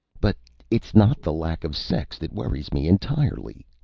but it's not the lack of sex that worries me entirely,